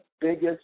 biggest